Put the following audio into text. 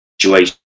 situation